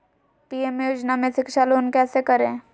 PM योजना में शिक्षा लोन कैसे करें?